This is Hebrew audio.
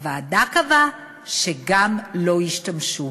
הוועדה קבעה שגם לא ישתמשו.